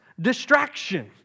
distraction